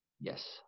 Yes